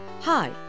hi